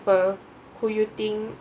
for who you think